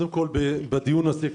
בדיון הזה,